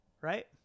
Right